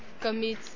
commit